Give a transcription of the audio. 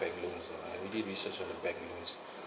bank loans ah I already research on the bank loans